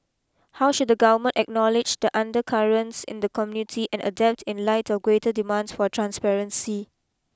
how should the government acknowledge the undercurrents in the community and adapt in light of greater demands for transparency